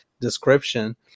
description